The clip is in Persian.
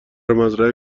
مزرعه